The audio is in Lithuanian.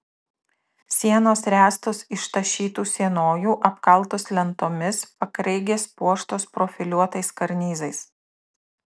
sienos ręstos iš tašytų sienojų apkaltos lentomis pakraigės puoštos profiliuotais karnizais